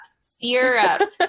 syrup